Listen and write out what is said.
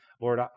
Lord